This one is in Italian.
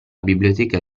biblioteca